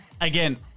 again